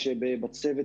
בסוף בנוסח החלטה,